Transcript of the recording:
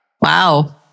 Wow